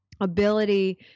ability